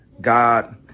God